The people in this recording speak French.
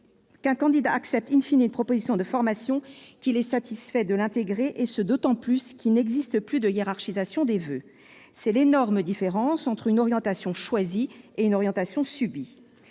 qu'un candidat accepte,, une proposition de formation qu'il est satisfait de l'intégrer, d'autant qu'il n'existe plus de hiérarchisation des voeux. C'est l'énorme différence entre une orientation choisie et une orientation subie.